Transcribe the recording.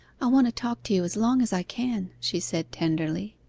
i want to talk to you as long as i can she said tenderly.